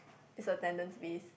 is attendance based